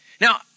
Now